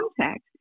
contact